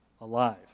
alive